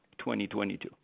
2022